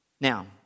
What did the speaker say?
Now